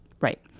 Right